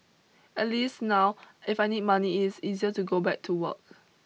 at least now if I need money it's easier to go back to work